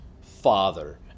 father